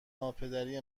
ناپدری